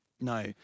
no